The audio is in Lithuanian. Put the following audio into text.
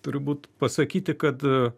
turbūt pasakyti kad